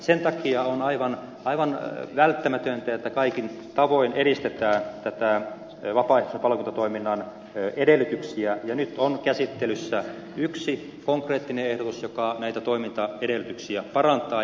sen takia on aivan välttämätöntä että kaikin tavoin edistetään vapaaehtoisen palokuntatoiminnan edellytyksiä ja nyt on käsittelyssä yksi konkreettinen ehdotus joka näitä toimintaedellytyksiä parantaa